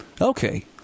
Okay